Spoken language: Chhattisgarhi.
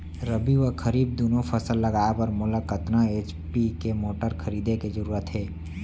रबि व खरीफ दुनो फसल लगाए बर मोला कतना एच.पी के मोटर खरीदे के जरूरत हे?